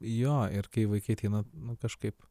jo ir kai vaikai tai nu nu kažkaip